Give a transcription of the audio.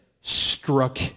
struck